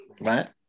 right